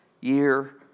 year